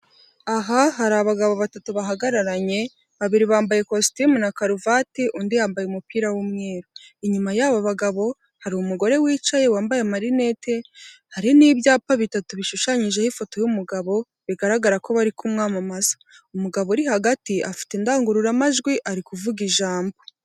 Aha hari abagabo batatu bahagararanye babiri bambaye ikositimu na karuvati undi yambaye umupira w'umweru, inyuma y'aba bagabo hari umugore wicaye wambaye amarinete hari n'ibyapa bitatu bishushanyijeho ifoto y'umugabo, bigaragara ko bari kumwamamaza umugabo uri hagati afite indangururamajwi ari kuvuga ijambo.